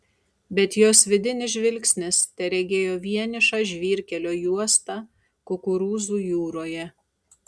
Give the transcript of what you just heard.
bet jos vidinis žvilgsnis teregėjo vienišą žvyrkelio juostą kukurūzų jūroje